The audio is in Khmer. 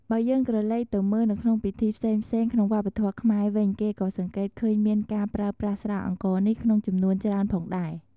បើយើងក្រឡេកទៅមើលនៅក្នុងពិធីផ្សេងៗក្នុងវប្បធម៌ខ្មែរវិញគេក៏សង្កេតឃើញមានការប្រើប្រាស់ស្រាអង្ករនេះក្នុងចំនួនច្រើនផងដែរ។